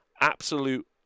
Absolute